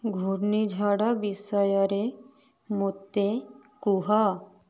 ଘୂର୍ଣ୍ଣିଝଡ଼ ବିଷୟରେ ମୋତେ କୁହ